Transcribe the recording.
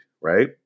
right